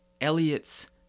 Eliot's